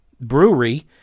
brewery